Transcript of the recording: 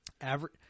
Average